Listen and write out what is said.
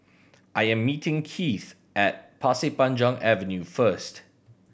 I am meeting Kieth at Pasir Panjang Avenue first